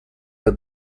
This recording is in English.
the